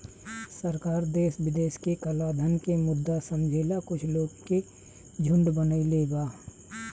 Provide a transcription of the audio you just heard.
सरकार देश विदेश के कलाधन के मुद्दा समझेला कुछ लोग के झुंड बनईले बा